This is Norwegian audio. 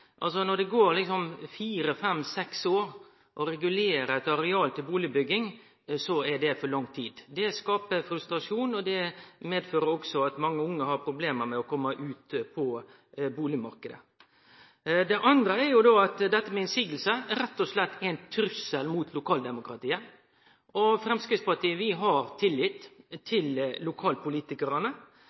Når det tek fire-fem-seks år å regulere eit areal til bustadbygging, er det for lang tid. Det skaper frustrasjon, og det fører også til at mange unge har problem med å komma inn på bustadmarknaden. Det andre er dette med at motsegner rett og slett er ein trugsel mot lokaldemokratiet. Framstegspartiet har tillit til lokalpolitikarane. Vi har meir tillit til